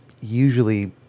usually